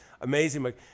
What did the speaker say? amazing